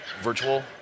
virtual